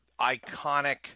iconic